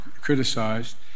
criticized